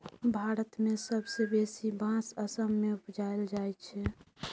भारत मे सबसँ बेसी बाँस असम मे उपजाएल जाइ छै